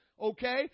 okay